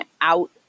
out